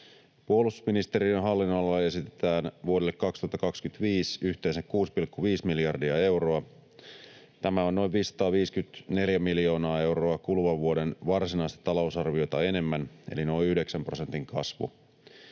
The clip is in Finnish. Puolustusministeriön hallinnonalalle esitetään vuodelle 2025 yhteensä 6,5 miljardia euroa. Tämä on noin 554 miljoonaa euroa kuluvan vuoden varsinaista talousarviota enemmän, eli noin yhdeksän prosentin kasvu.